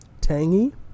tangy